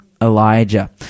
Elijah